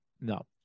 No